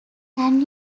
can